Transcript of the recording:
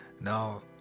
now